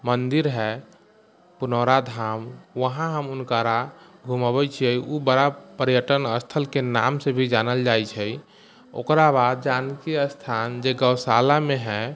मन्दिर हइ पुनौरा धाम वहाँ हम हुनकारा घूमबै लेल छियै ओ बड़ा पर्यटन स्थलके नामसँ भी जानल जाइ छै ओकरा बाद जानकी स्थान जे गौशालामे हइ